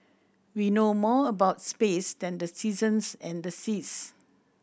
we know more about space than the seasons and the seas